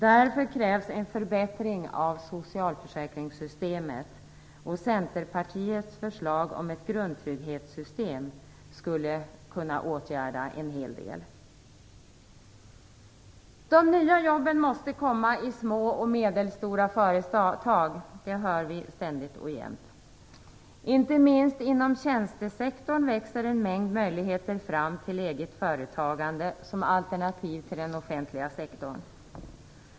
Därför krävs det en förbättring av socialförsäkringssystemet. Centerpartiets förslag om ett grundtrygghetssystem skulle kunna åtgärda en hel del. De nya jobben måste komma i små och medelstora företag, det hör vi ständigt och jämt. Inte minst inom tjänstesektorn växer en mängd möjligheter fram till eget företagande som alternativ till den offentliga sektorn.